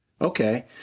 Okay